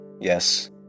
yes